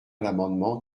l’amendement